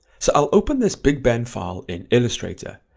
so i'll open this big bang file in illustrator,